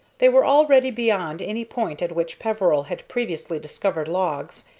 they were already beyond any point at which peveril had previously discovered logs,